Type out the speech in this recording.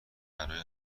برای